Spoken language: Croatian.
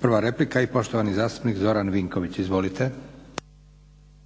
Prva replika i poštovani zastupnik Zoran Vinković. Izvolite.